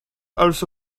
also